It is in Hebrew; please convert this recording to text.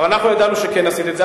אבל אנחנו ידענו שכן עשית את זה.